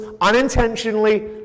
unintentionally